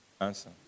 answer